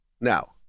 Now